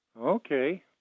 Okay